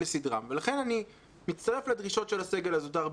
לכן אני מצטרף לדרישות של הסגל הזוטר.